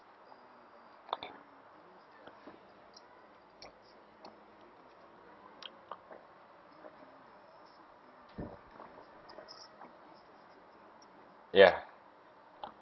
ya